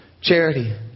charity